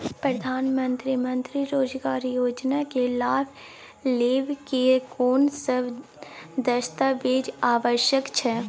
प्रधानमंत्री मंत्री रोजगार योजना के लाभ लेव के कोन सब दस्तावेज आवश्यक छै?